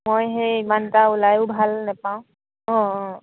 মই সেই ইমান এটা ওলাইো ভাল নেপাওঁ অঁ অঁ